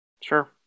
Sure